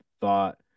thought